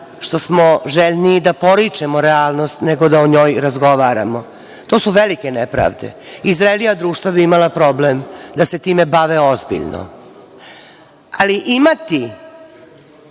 što smo željni da poričemo realnost, nego da o njoj razgovaramo. To su velike nepravde. I zrelija društva bi imala problem da se time bave ozbiljno, ali imati